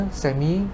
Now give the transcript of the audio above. semi